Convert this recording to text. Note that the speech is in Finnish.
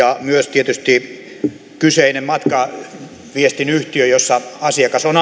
tietysti kyseinen matkaviestinyhtiö jossa asiakas on